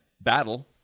battle